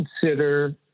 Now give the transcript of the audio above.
consider